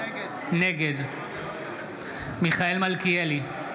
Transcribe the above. נגד מיכאל מלכיאלי,